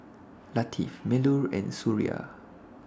Latif Melur and Suria